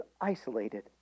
isolated